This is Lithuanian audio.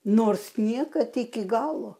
nors niekad iki galo